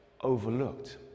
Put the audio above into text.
overlooked